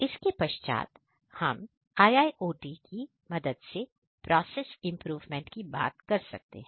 इसके पश्चात हम IIOT की मदद से प्रोसेस इंप्रूवमेंट की बात कर सकते हैं